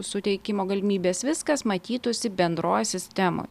suteikimo galimybės viskas matytųsi bendroj sistemoj